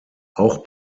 auch